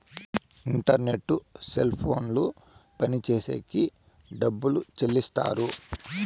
internet cell ఫోన్లు పనిచేసేకి డబ్బులు చెల్లిస్తారు